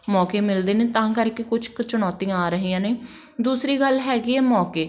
ਮੌਕੇ ਮਿਲਦੇ ਨੇ ਤਾਂ ਕਰਕੇ ਕੁਛ ਕੁ ਚੁਣੌਤੀਆਂ ਆ ਰਹੀਆਂ ਨੇ ਦੂਸਰੀ ਗੱਲ ਹੈਗੀ ਆ ਮੌਕੇ